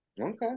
Okay